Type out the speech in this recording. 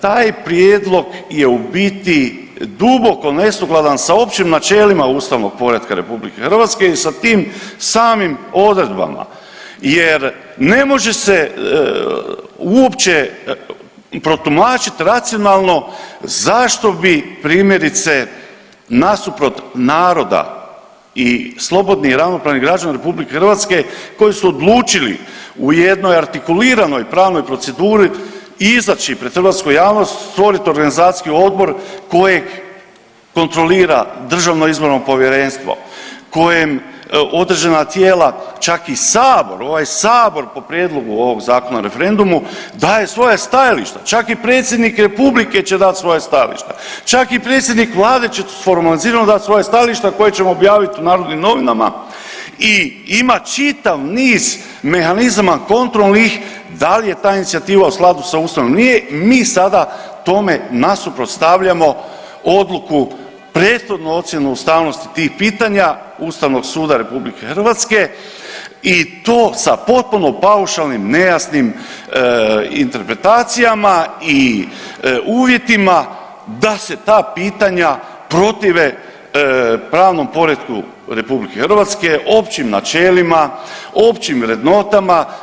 Taj prijedlog je u biti duboko nesukladan sa općim načelima ustavnog poretka RH i sa tim samim odredbama jer ne može se uopće protumačiti racionalno zašto bi primjerice nasuprot naroda i slobodnih i ravnopravnih građana RH koji su odlučili u jednoj artikuliranoj pravnoj proceduri izaći pred hrvatsku javnost, stvorit organizacijski odbor kojeg kontrolira Državno izborno povjerenstvo, kojem određena tijela čak i sabor, ovaj sabor po prijedlogu ovog Zakona o referendumu daje svoje stajalište, čak i predsjednik Republike će dati svoja stajališta, čak i predsjednik vlade formalizirano dat svoja stajališta koja ćemo objavit u Narodnim novinama i ima čitav niz mehanizama kontrolnih da li je ta inicijativa u skladu sa Ustavom ili nije, mi sada tome nasuprot stavljamo odluku prethodnu ocjenu ustavnosti tih pitanja Ustavnog suda RH i to sa potpuno paušalnim, nejasnim interpretacijama i uvjetima da se ta pitanja protive pravnom poretku RH, općim načelima, općim vrednotama.